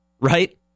right